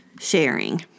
sharing